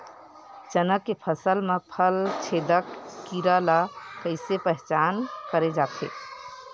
चना के फसल म फल छेदक कीरा ल कइसे पहचान करे जाथे?